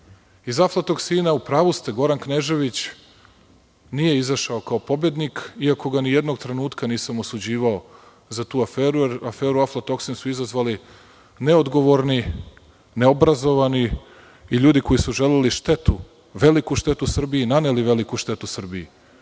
Iz aflatoksina, u pravu ste, Goran Knežević nije izašao kao pobednik, iako ga ni jednog trenutka nisam osuđivao za tu aferu, jer tu aferu aflatoksin su izazvali neodgovorni, neobrazovani i ljudi koji su želeli štetu, veliku štetu Srbiji, i naneli su veliku štetu Srbiji,